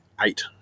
Eight